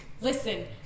Listen